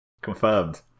Confirmed